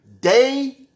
day